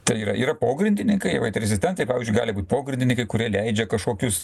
tai yra yra pogrindininkai vat rezidentai gali būt pogrindininkai kurie leidžia kažkokius